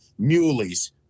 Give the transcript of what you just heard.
muleys